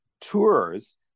tours